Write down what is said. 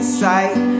sight